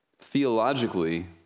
theologically